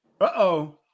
Uh-oh